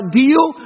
deal